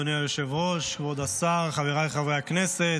אדוני היושב-ראש, כבוד השר, חבריי חברי הכנסת,